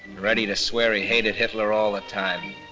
ready to swear he hated hitler all the time.